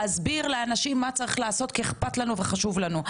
להסביר לאנשים מה צריך לעשות כי איכפת לנו וחשוב לנו,